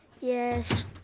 Yes